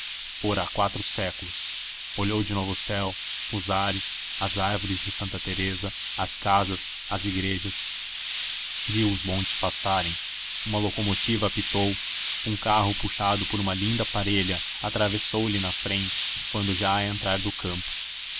fora há quatro séculos olhou de novo o céu os ares as árvores de santa teresa as casas as igrejas viu os bondes passarem uma locomotiva apitou um carro puxado por uma linda parelha atravessou-lhe na frente quando já a entrar do campo